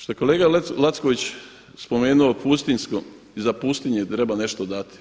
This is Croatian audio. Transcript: Šta je kolega Lacković spomenuo pustinjsko i za pustinje treba nešto dati.